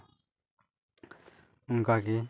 ᱚᱱᱠᱟᱜᱮ